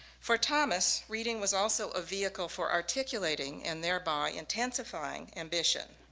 for thomas reading was also a vehicle for articulating and thereby intensifying ambition.